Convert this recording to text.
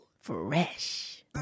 Fresh